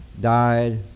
died